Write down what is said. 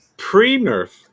Pre-nerf